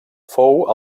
fou